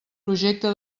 projecte